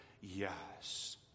Yes